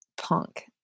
punk